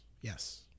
Yes